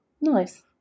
nice